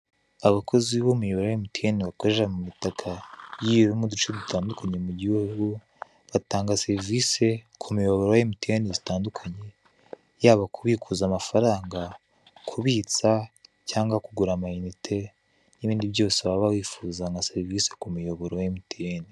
Abakozi b'umuyoboro wa MTN bakorera mu mitaka igiye iri mu duce dutandukanye mu gihugu, batanga serivisi ku miyoboro wa MTN zitandukanye yaba kubikuza amafaranga, kubitsa cyangwa kugura amayinite n'ibindi byose waba wifuza nka serivise ku muyoboro wa MTN.